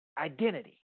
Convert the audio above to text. identity